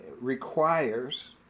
requires